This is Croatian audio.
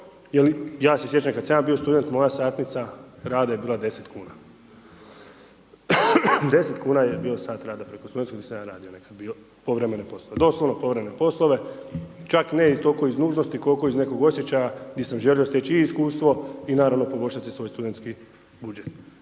ja se sjećam kad sam ja bio student, moja satnica rada je bila 10 kn. 10 kn je bio sat rada preko studentskog gdje sam ja radio nekad bio povremeno poslove, doslovno povremene poslove, čak ne toliko iz nužnosti koliko iz nekog osjećaja di sam želio steći i iskustvo i naravno poboljšati si svoj studentski budžet.